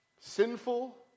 sinful